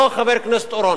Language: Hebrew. לא חבר הכנסת אורון.